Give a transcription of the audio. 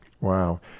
Wow